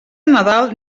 nadal